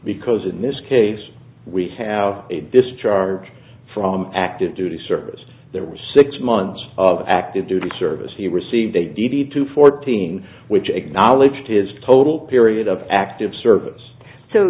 because in this case we have a discharge from active duty service there was six months of active duty service he received a duty to fourteen which acknowledged his total period of active service so